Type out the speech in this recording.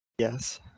Yes